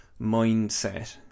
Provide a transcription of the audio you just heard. mindset